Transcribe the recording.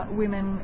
women